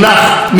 "פליטים"